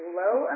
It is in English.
low